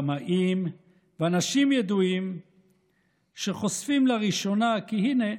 במאים ואנשים ידועים שחושפים לראשונה כי הינה,